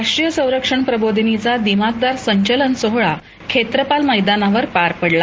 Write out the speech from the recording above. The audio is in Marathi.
राष्ट्रीय संरक्षण प्रबोधिनीचा दिमाखदार संचलन सोहळा खेत्रपाल मैदानावर पार पडला